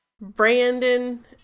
Brandon